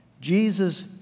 Jesus